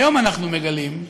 היום אנחנו מגלים,